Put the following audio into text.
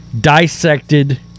dissected